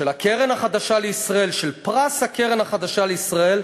של הקרן החדשה לישראל, של פרס הקרן החדשה לישראל,